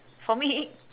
for me